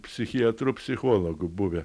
psichiatru psichologu buvę